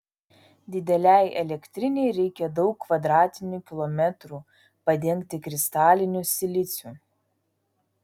didelei elektrinei reikia daug kvadratinių kilometrų padengti kristaliniu siliciu